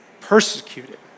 Persecuted